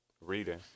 reading